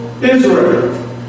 Israel